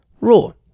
rule